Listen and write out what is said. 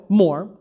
more